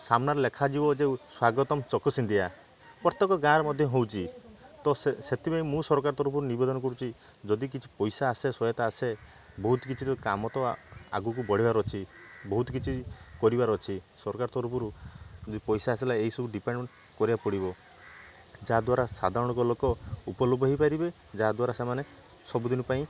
ସାମ୍ନାରେ ଲେଖାଯିବା ଯେ ସ୍ୱାଗତମ ଚକସିନ୍ଦିଆ ପ୍ରତ୍ୟେକ ଗାଁରେ ମଧ୍ୟ ହେଉଛି ତ ସେଥିପାଇଁ ମୁଁ ସରକାର ତରଫରୁ ନିବେଦନ କରୁଛି ଯଦି କିଛି ପଇସା ଆସେ ସହାୟତା ଆସେ ବହୁତ କିଛି କାମ ତ ଆଗକୁ ବଢ଼େଇବାର ଅଛି ବହୁତ କିଛି କରିବାର ଅଛି ସରକାର ତରଫରୁ ଯଦି ପଇସା ଆସିଲା ଏଇସବୁ ଡ଼ିପେଣ୍ଡ୍ କରିବାକୁ ପଡ଼ିବ ଯାହାଦ୍ଵାରା ସଧାରାଣ ଲୋକ ଉପଲୁପ ହେଇପାରିବେ ଯାହାଦ୍ଵାରା ସେମାନେ ସବୁଦିନ ପାଇଁ